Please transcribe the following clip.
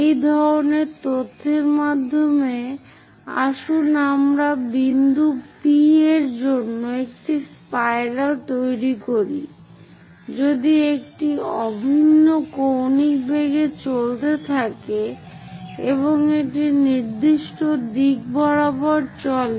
এই ধরনের তথ্যের মাধ্যমে আসুন আমরা বিন্দু P এর জন্য একটি স্পাইরাল তৈরি করি যদি এটি অভিন্ন কৌণিক বেগে চলতে থাকে এবং একটি নির্দিষ্ট দিক বরাবর চলে